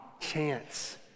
chance